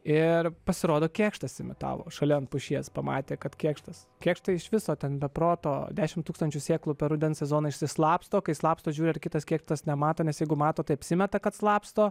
ir pasirodo kėkštas imitavo šalia ant pušies pamatė kad kėkštas kėkštai iš viso ten be proto dešimt tūkstančių sėklų per rudens sezoną išsislapsto kai slapsto žiūri ar kitas kėkštas nemato nes jeigu mato tai apsimeta kad slapsto